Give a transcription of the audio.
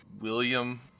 William